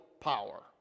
power